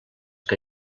que